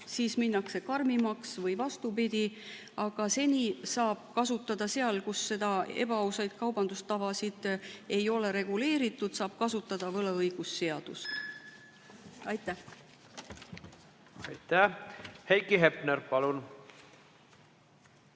siis minnakse karmimaks või vastupidi. Aga seni saab seal, kus ebaausaid kaubandustavasid ei ole reguleeritud, kasutada võlaõigusseadust. Aitäh! Aitäh! Heiki Hepner, palun!